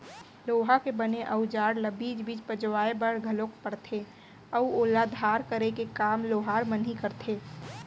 लोहा के बने अउजार ल बीच बीच पजवाय बर घलोक परथे अउ ओला धार करे के काम लोहार मन ही करथे